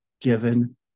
given